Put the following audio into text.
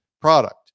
product